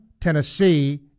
Tennessee